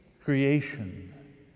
creation